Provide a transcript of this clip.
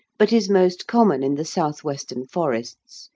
but is most common in the south-western forests,